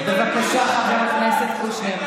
בבקשה, חבר הכנסת קושניר.